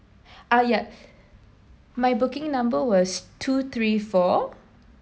uh ya my booking number was two three four